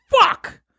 fuck